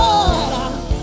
Lord